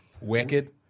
Wicked